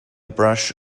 brush